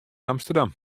amsterdam